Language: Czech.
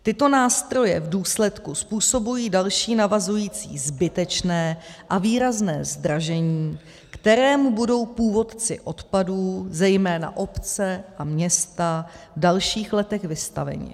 Tyto nástroje v důsledku způsobují další navazující zbytečné a výrazné zdražení, kterému budou původci odpadů, zejména obce a města, v dalších letech vystaveni.